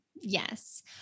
Yes